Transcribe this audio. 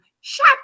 Shut